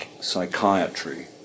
psychiatry